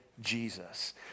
Jesus